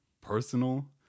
personal